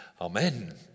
Amen